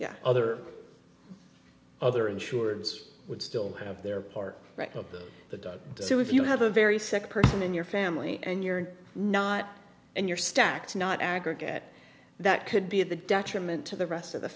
yeah other other insureds would still have their part of the done so if you have a very sick person in your family and you're not and your stack to not aggregate that could be a detriment to the rest of the